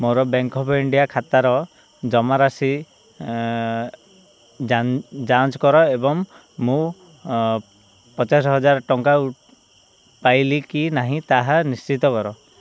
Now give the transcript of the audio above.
ମୋର bank of India ଖାତାର ଜମାରାଶି ଯାନ ଯାଞ୍ଚ କର ଏବଂ ମୁଁ ପଚାଶହଜାର ଟଙ୍କା ପାଇଲି କି ନାହିଁ ତାହା ନିଶ୍ଚିତ କର